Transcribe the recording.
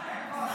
איפה השרה?